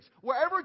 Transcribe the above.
Wherever